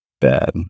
bad